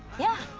yeah.